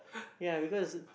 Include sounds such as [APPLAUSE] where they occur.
ya because [NOISE]